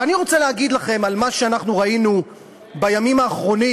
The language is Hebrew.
ואני רוצה להגיד לכם בעקבות מה שראינו בימים האחרונים,